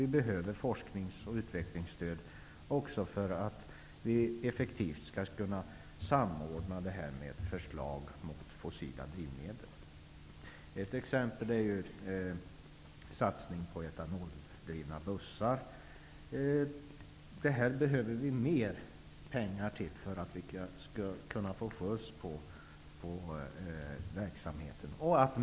Vi behöver forsknings och utvecklingsstöd även för att vi effektivt skall kunna samordna det här med förslag mot fossila drivmedel. Ett exempel är satsning på etanoldrivna bussar. Vi behöver mera pengar för att få skjuts på verksamheten.